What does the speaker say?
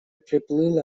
приплыла